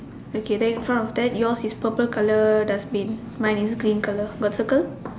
okay then in front of that yours is purple colour dustbin mine is green colour got circle